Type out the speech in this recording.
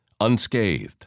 unscathed